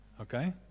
okay